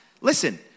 listen